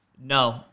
No